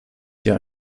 jahr